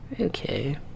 okay